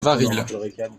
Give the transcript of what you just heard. varilhes